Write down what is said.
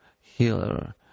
Healer